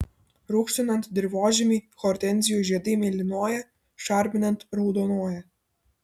rūgštinant dirvožemį hortenzijų žiedai mėlynuoja šarminant raudonuoja